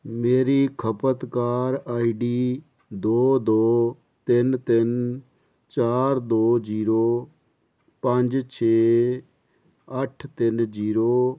ਮੇਰੀ ਖਪਤਕਾਰ ਆਈਡੀ ਦੋ ਦੋ ਤਿੰਨ ਤਿੰਨ ਚਾਰ ਦੋ ਜੀਰੋ ਪੰਜ ਛੇ ਅੱਠ ਤਿੰਨ ਜੀਰੋ